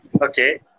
Okay